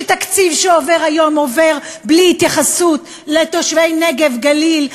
שתקציב שעובר היום עובר בלי התייחסות לתושבי נגב-גליל,